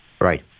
Right